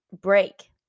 break